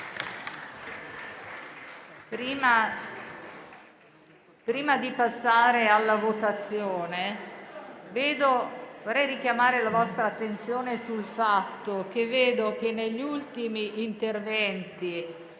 Prima di passare alla votazione, vorrei richiamare la vostra attenzione sul fatto che negli ultimi interventi